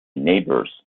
neighbors